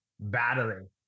battling